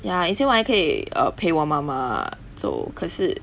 ya 以前我还可以 err 陪我妈妈走可是